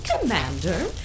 Commander